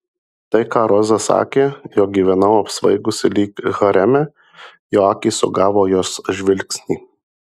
tai ką roza sakė jog gyvenau apsvaigusi lyg hareme jo akys sugavo jos žvilgsnį